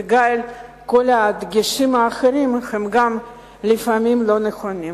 וכל הדגשים האחרים גם הם לפעמים לא נכונים.